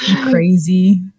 crazy